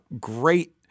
great